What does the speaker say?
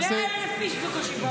בקושי 100,000 איש באו.